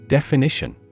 Definition